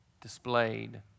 displayed